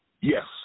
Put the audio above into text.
Yes